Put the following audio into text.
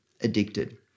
addicted